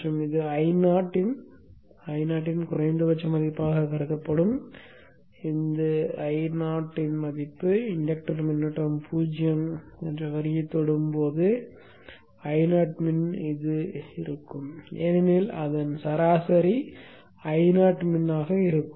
எனவே இது Io இன் Io இன் குறைந்தபட்ச மதிப்பாகக் கருதப்படும் Io இன் மதிப்பு இன்டக்டர் மின்னோட்டம் 0 வரியைத் தொடும் போது Io min ஆக இருக்கும் ஏனெனில் அதன் சராசரி Io min ஆக இருக்கும்